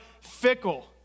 fickle